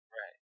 right